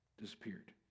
disappeared